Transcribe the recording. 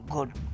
Good